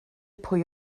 pwy